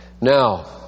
Now